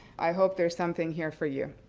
i hope there's something here for you.